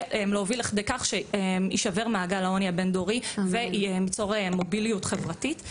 להוביל לשבירת מעגל העוני הבן דורי וליצור מוביליות חברתית.